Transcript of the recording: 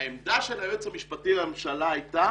העמדה של היועץ המשפטי לממשלה הייתה